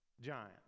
giant